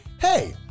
hey